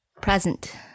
Present